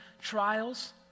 trials